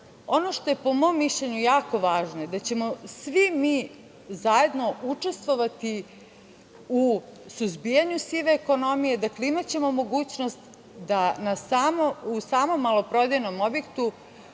što je po mom mišljenju jako važno je da ćemo svi mi zajedno učestvovati u suzbijanju sive ekonomije. Dakle, imaćemo mogućnost da u samom maloprodajnom objektu